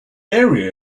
area